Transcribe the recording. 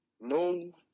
no